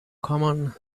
common